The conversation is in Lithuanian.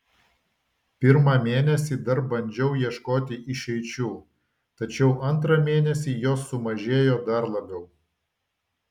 pirmą mėnesį dar bandžiau ieškoti išeičių tačiau antrą mėnesį jos sumažėjo dar labiau